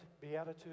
beatitude